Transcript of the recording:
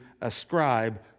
ascribe